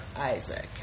Isaac